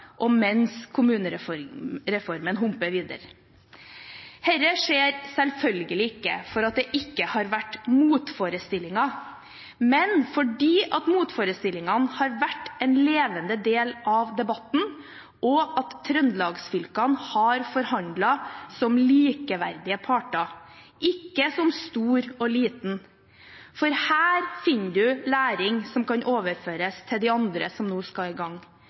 og mens kommunereformen humper videre. Dette skjer selvfølgelig ikke fordi det ikke har vært motforestillinger, men fordi motforestillingene har vært en levende del av debatten og Trøndelags-fylkene har forhandlet som likeverdige parter, ikke som stor og liten. Her finner man læring som kan overføres til de andre som nå skal i gang.